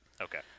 okay